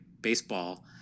Baseball